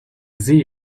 see